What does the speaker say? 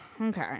Okay